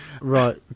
Right